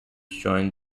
joined